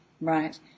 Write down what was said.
Right